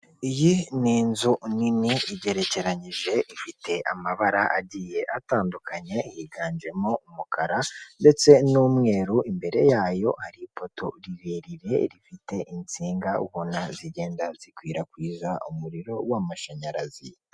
iyi ni inzu nini igerekeranyije, ifite amabara agiye atandukanye higanjemo umukara ndetse n'umweru, imbere yayo hari ipoto rirerire rifite insinga ubona zigenda zikwirakwiza umuriro w'amashanyarazi.